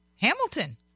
Hamilton